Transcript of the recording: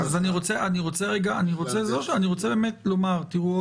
איך להנדס --- אני רוצה באמת לומר: תראו,